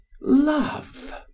love